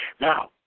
Now